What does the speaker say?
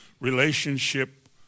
relationship